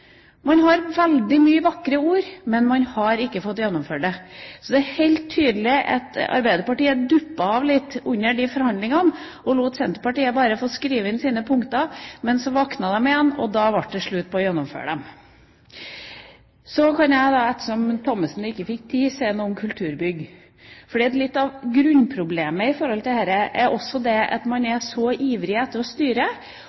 Det er helt tydelig at Arbeiderpartiet duppet litt av under de forhandlingene, og lot Senterpartiet få skrive inn sine punkter. Men så våknet de igjen, og da ble det slutt på å gjennomføre dem. Så kan jeg – ettersom Thommessen ikke fikk tid – si noe om kulturbygg. Noe av grunnproblemet også her er at man er så ivrig etter å styre. Og man har ingen forståelse av proporsjoner i støtten mellom organisasjonene. Grasrotandelen har ført til